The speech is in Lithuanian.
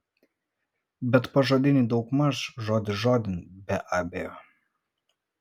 bet pažodinį daugmaž žodis žodin be abejo